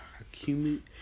accumulate